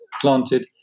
planted